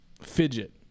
fidget